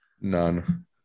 None